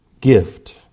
gift